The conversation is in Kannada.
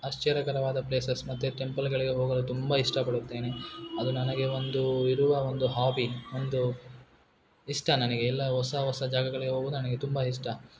ಆಶ್ಚರ್ಯಕರವಾದ ಪ್ಲೇಸಸ್ ಮತ್ತು ಟೆಂಪಲ್ಗಳಿಗೆ ಹೋಗಲು ತುಂಬ ಇಷ್ಟಪಡುತ್ತೇನೆ ಅದು ನನಗೆ ಒಂದೂ ಇರುವ ಒಂದು ಹಾಬಿ ಒಂದು ಇಷ್ಟ ನನಗೆ ಎಲ್ಲಾ ಹೊಸ ಹೊಸ ಜಾಗಗಳಿಗೆ ಹೋಗುದ್ ನನಗೆ ತುಂಬಾ ಇಷ್ಟ